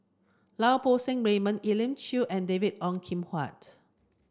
Lau Poo Seng Raymond Elim Chew and David Ong Kim Huat